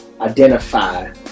identify